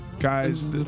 guys